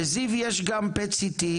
בזיו יש גם סי.טי,